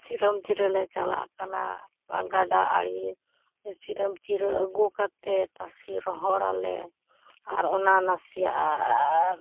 ᱥᱤᱨᱟᱹᱢ ᱪᱤᱨᱟᱹᱞᱮ ᱪᱟᱞᱟᱜ ᱠᱟᱱᱟ ᱜᱟᱰᱟ ᱟᱸᱲᱮ ᱥᱤᱨᱟᱹᱢ ᱪᱤᱨᱟᱹ ᱟᱹᱜᱩ ᱠᱟᱛᱮ ᱛᱟᱥᱮ ᱨᱚᱦᱚᱲ ᱟᱞᱮ ᱟᱨ ᱚᱱᱟ ᱱᱟᱥᱮ ᱟᱨ